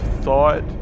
thought